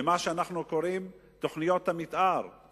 במה שאנחנו קוראים תוכניות המיתאר,